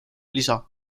lisa